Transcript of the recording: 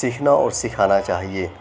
سیکھنا اور سکھانا چاہیے